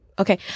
Okay